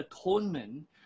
atonement